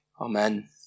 amen